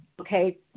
okay